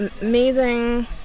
amazing